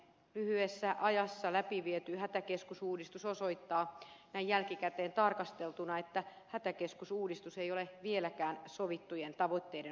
lyhyessä ajassa läpiviety hätäkeskusuudistus osoittaa näin jälkikäteen tarkasteltuna että hätäkeskusuudistus ei ole vieläkään sovittujen tavoitteiden osalta valmis